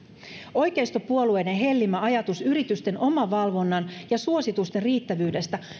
oikeistopuolueiden hellimä ajatus yritysten omavalvonnan ja suositusten riittävyydestä